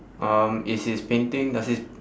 um is his painting does his